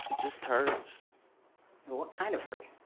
just hurts. well what kind of hurt?